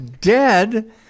dead